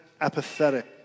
apathetic